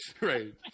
Right